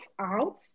out